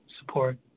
support